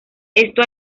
esto